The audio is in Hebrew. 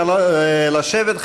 נא לשבת.